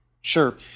Sure